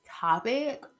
topic